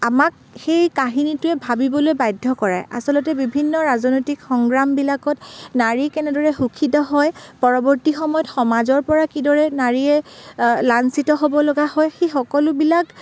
আমাক সেই কাহিনীটোৱে ভাবিবলৈ বাধ্য কৰে আচলতে বিভিন্ন ৰাজনৈতিক সংগ্ৰামবিলাকত নাৰী কেনেদৰে শোষিত হয় পৰৱৰ্তি সময়ত সমাজৰ পৰা কিদৰে নাৰীয়ে লাঞ্চিত হ'ব লগা হয় সেই সকলোবিলাক